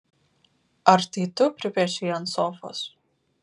ar tai tu pripiešei ant sofos